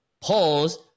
pause